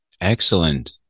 Excellent